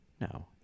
No